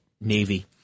Navy